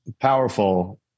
powerful